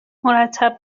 مرتب